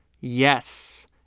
Yes